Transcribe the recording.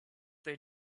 they